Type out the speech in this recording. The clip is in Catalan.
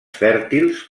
fèrtils